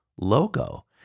logo